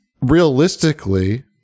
realistically